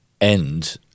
end